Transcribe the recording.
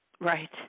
Right